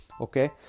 Okay